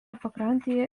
pakrantėje